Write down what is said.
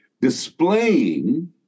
displaying